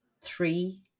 three